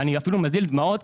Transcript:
ואני אפילו מזיל דמעות,